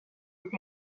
ditt